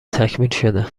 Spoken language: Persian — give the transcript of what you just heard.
تکمیلشده